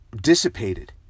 dissipated